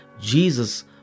Jesus